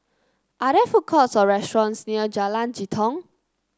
are there food courts or restaurants near Jalan Jitong